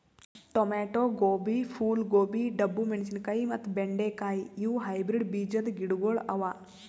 tomato, ಗೋಬಿ, ಫೂಲ್ ಗೋಬಿ, ಡಬ್ಬು ಮೆಣಶಿನಕಾಯಿ ಮತ್ತ ಬೆಂಡೆ ಕಾಯಿ ಇವು ಹೈಬ್ರಿಡ್ ಬೀಜದ್ ಗಿಡಗೊಳ್ ಅವಾ